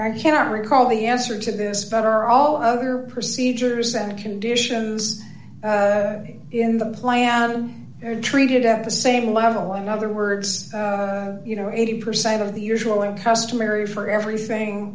are cannot recall the answer to this better all other procedures and conditions in the plan are treated at the same level in other words you know eighty percent of the usual and customary for everything